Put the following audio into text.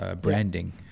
branding